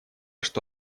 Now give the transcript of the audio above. что